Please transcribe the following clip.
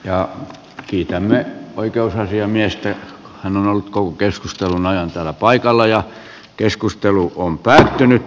ja kiitämme oikeusasiamiestä hän on ollut koulukeskustelunaihe on tällä paikalla ja keskustelu on päättynyt